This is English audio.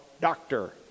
doctor